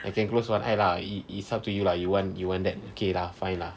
I can close one eye lah it is up to you lah you want you want that okay lah fine lah